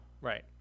Right